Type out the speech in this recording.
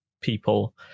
people